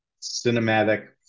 cinematic